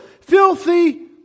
filthy